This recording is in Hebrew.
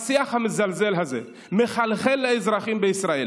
השיח המזלזל הזה מחלחל לאזרחים בישראל,